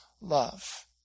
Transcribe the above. love